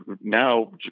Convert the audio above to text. now